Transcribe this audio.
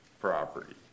property